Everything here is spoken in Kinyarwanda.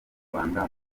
rwanda